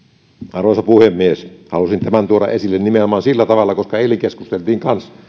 arvoisa puhemies halusin tämän tuoda esille nimenomaan sillä tavalla koska eilen keskusteltiin